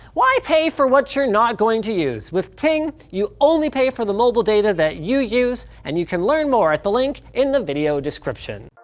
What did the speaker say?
why pay for what you're not going to use? with ting you only pay for the mobile data that you use and you can learn more at the link in the video description.